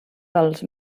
dels